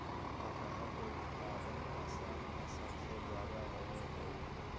कटहल के उत्पादन असम में सबसे ज्यादा होबा हई